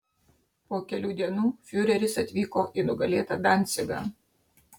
po kelių dienų fiureris atvyko į nugalėtą dancigą